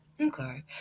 Okay